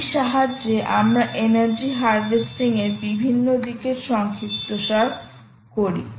এর সাহায্যে আমরা এনার্জি হারভেস্টিং এর বিভিন্ন দিকের সংক্ষিপ্তসার করি